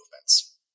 movements